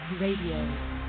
Radio